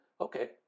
Okay